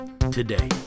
today